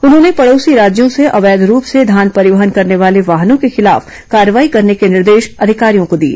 उन्होंने पड़ोसी राज्यों से अवैध रूप से धान परिवहन करने वाले वाहनों के खिलाफ कार्रवाई करने के निर्देश अधिकारियों को दिए